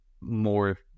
more